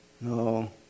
no